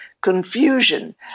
confusion